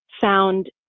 found